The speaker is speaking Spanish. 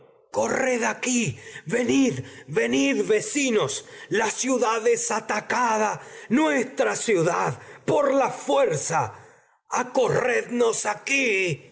corred aquí venid venid vecinos la ciu nuestra dad es atacada aquí ciudad por la fuerza acorrednos